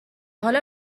حالا